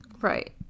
Right